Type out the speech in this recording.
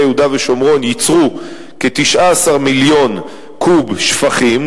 יהודה ושומרון ייצרו כ-19 מיליון קוב שפכים,